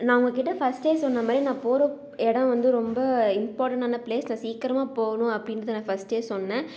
நான் உங்கள்கிட்ட ஃபர்ஸ்டே சொன்னமாதிரி நான் போகற இடோம் வந்து ரொம்ப இம்பார்ட்டனான பிளேஸ் நான் சீக்கரமாக போகணும் அப்படின்றத நான் பர்ஸ்டே சொன்னேன்